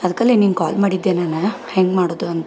ಅದ್ಕಲೆ ನಿಂಗೆ ಕಾಲ್ ಮಾಡಿದ್ದೆ ನಾನು ಹೆಂಗೆ ಮಾಡೋದು ಅಂತ